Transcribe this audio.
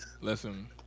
listen